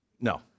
no